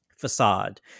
facade